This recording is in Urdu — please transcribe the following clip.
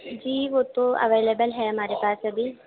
جی وہ تو اویلیبل ہے ہمارے پاس ابھی